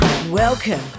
Welcome